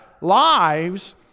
lives